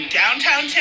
downtown